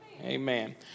Amen